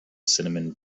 cinnamon